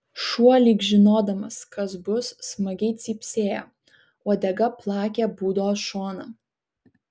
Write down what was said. šuo lyg žinodamas kas bus smagiai cypsėjo uodega plakė būdos šoną